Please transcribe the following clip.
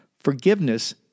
Forgiveness